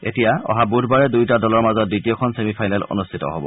এতিয়া অহা বুধবাৰে দুয়োটা দলৰ মাজত দ্বিতীয়খন চেমিফাইনেল অনুষ্ঠিত হব